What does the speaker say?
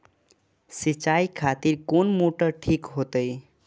सीचाई खातिर कोन मोटर ठीक होते?